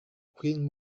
queen